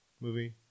movie